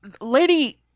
lady